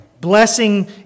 blessing